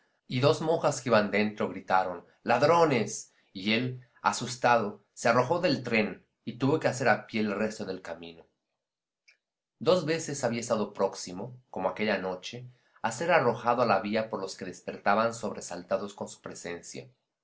señoras dos monjas que iban dentro gritaron ladrones y él asustado se arrojó del tren y tuvo que hacer a pie el resto del camino dos veces había estado próximo como aquella noche a ser arrojado a la vía por los que despertaban sobresaltados con su presencia